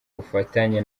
bufatanye